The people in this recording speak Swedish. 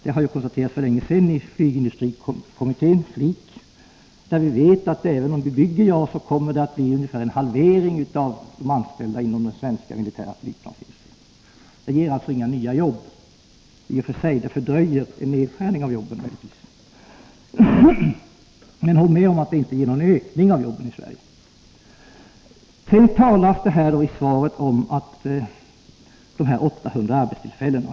Det har ju konstaterats för länge sedan av flygindustrikommittén, FLIK, att även om vi bygger JAS kommer det att bli ungefär en halvering av antalet anställda inom den svenska militära flygplansindustrin. JAS-projektet ger alltså inga nya jobb i och för sig — möjligtvis fördröjer det en nedskärning av antalet anställda, men håll med om att det inte ger någon ökning av antalet arbeten i Sverige! I svaret nämns 800 arbetstillfällen.